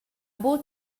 buca